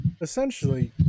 essentially